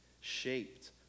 shaped